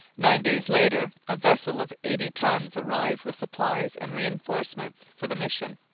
nine days later a vessel of eighty tons arrived with supplies and reinforcements for the mission.